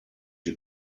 you